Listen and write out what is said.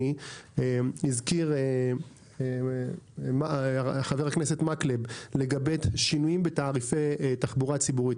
הזכיר חבר הכנסת מקלב את השינויים בתעריפי התחבורה הציבורית.